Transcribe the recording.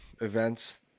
events